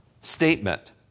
statement